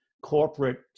Corporate